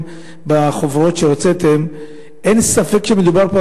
בחוברות שהוצאתם אין ספק שמדובר פה,